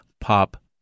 pop